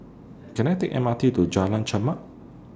Can I Take M R T to Jalan Chermat